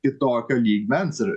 kitokio lygmens ir